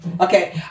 Okay